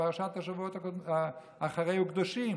בפרשת השבוע אחרי מות וקדושים.